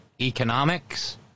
economics